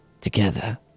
together